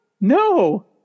No